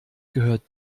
gehört